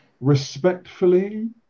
respectfully